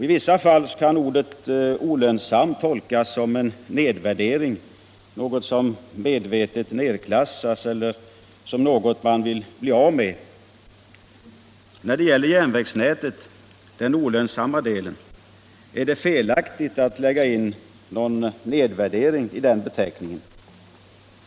I vissa fall kan ”olönsam” tolkas som en nedvärdering, som en nedklassning, något man vill bli av med. När det gäller den ”olönsamma delen av järnvägsnätet” är det felaktigt att lägga in en sådan värdering i beteckningen.